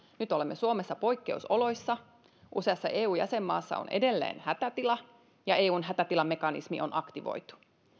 nyt olemme suomessa poikkeusoloissa useassa eu jäsenmaassa on edelleen hätätila ja eun hätätilamekanismi on aktivoitu